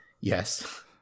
Yes